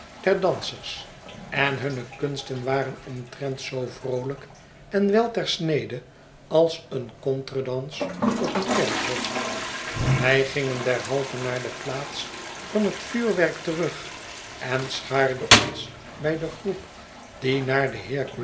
der dansers en hunne kunsten waren omtrent zoo vroolijk en wel ter snede als een contredans op een kerkhof wij gingen derhalve naar de plaats van het vuurwerk terug en schaarden